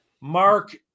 Mark